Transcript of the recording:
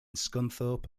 scunthorpe